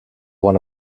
one